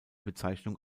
bezeichnung